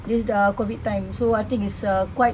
this ah COVID time so I think it's uh quite